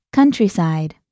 Countryside